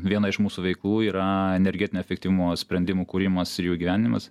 viena iš mūsų veiklų yra energetinio efektyvumo sprendimų kūrimas ir jų įgyvendinimas